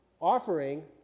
offering